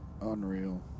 unreal